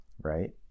right